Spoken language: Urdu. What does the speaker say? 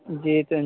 جی